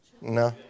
No